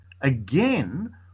again